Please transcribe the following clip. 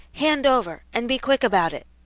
hand over, and be quick about it!